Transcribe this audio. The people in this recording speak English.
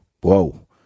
whoa